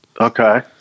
Okay